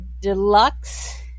deluxe